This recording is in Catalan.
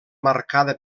marcada